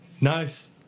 Nice